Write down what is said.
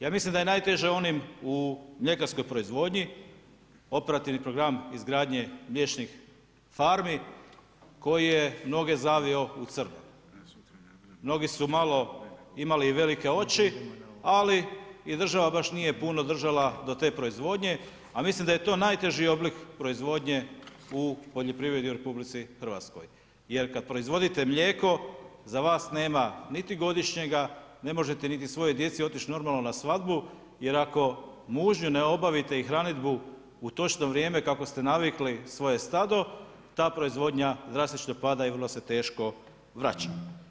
Ja mislim da je najteže onim u mljekarskoj proizvodnji, operativni program izgradnje mliječnih farmi koje je mnoge zavio u crno, mnogi su malo imali velike oči, ali i država nije baš puno držala do te proizvodnje, a mislim da je to najteži oblik proizvodnje u poljoprivredi u RH jer kada proizvodite mlijeko za vas nema niti godišnjega, ne možete niti svojoj djeci otić normalno na svadbu jer ako mužnju ne obavite i hranidbu u točno vrijeme kako ste navikli svoje stado, ta proizvodnja drastično pada i onda se teško vraća.